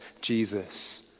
Jesus